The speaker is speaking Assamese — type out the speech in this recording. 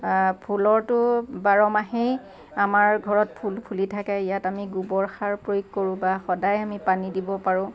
ফুলৰটো বাৰ মাহেই আমাৰ ঘৰত ফুল ফুলি থাকে ইয়াত আমি গোবৰ সাৰ প্ৰয়োগ কৰোঁ বা সদায় আমি পানী দিব পাৰোঁ